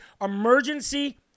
emergency